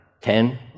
ten